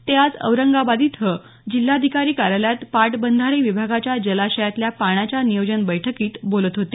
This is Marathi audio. ते आज औरंगाबाद इथं जिल्हाधिकारी कार्यालयात पाटबंधारे विभागाच्या जलाशयातल्या पाण्याच्या नियोजन बैठकीत बोलत होते